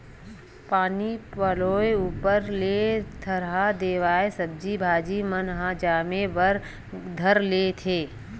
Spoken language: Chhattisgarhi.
पानी पलोय ऊपर ले थरहा देवाय सब्जी भाजी मन ह जामे बर धर लेथे